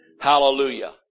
Hallelujah